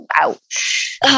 ouch